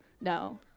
No